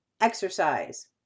exercise